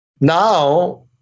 Now